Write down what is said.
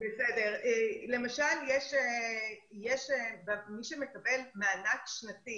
למשל יש מי שמקבל מענק שנתי